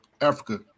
Africa